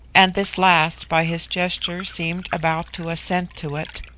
and this last by his gesture seemed about to assent to it,